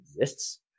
exists